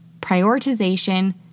Prioritization